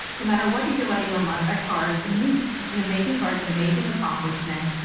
no matter what you feel about elon musk, that car is amazing. it's an amazing cars, an amazing accomplishment.